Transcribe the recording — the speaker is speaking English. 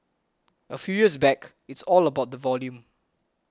a few years back it's all about volume